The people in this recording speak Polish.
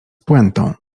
pointą